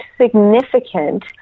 significant